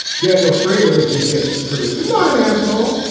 daniel shrader is the gists producer. not an asshole.